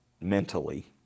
mentally